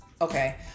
okay